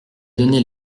donné